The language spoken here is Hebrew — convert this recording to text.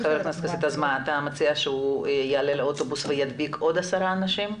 אתה מציע שהוא יעלה לאוטובוס וידביק עוד עשרה אנשים?